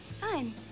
Fine